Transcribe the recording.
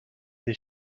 des